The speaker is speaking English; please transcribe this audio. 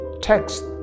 text